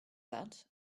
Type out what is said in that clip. that